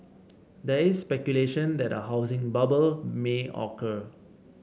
there is speculation that a housing bubble may occur